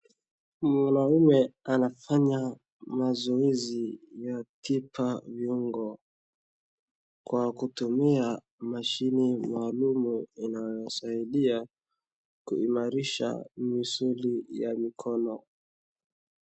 Mwanaume anafanya mazoezi ya tiba viungo, kwa kutumia mashini maalumu inayosaidia kuimarisha misuli ya mikono.